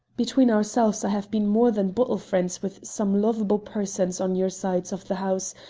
between ourselves i have been more than bottle friends with some lovable persons on your side of the house,